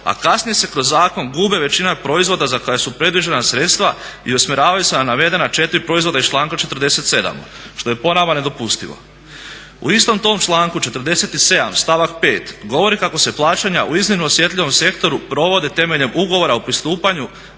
a kasnije se kroz zakon gubi većina proizvoda za koje su predviđena sredstva i usmjeravaju se na navedena 4 proizvoda iz članka 47. što je po nama nedopustivo. U istom tom članku 47. stavak 5. govori kako se plaćanja u iznimno osjetljivom sektoru provode temeljem ugovora o pristupanju